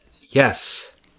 Yes